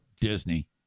Disney